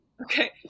Okay